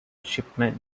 shipment